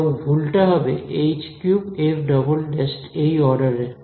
এবং ভুলটা হবে h3f ′′ এই অর্ডারের